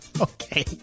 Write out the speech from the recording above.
Okay